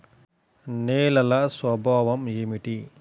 నేలల స్వభావం ఏమిటీ?